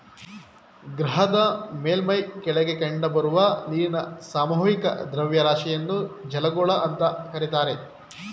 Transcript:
ಗ್ರಹದ ಮೇಲ್ಮೈ ಕೆಳಗೆ ಕಂಡುಬರುವ ನೀರಿನ ಸಾಮೂಹಿಕ ದ್ರವ್ಯರಾಶಿಯನ್ನು ಜಲಗೋಳ ಅಂತ ಕರೀತಾರೆ